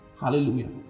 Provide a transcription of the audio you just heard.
Hallelujah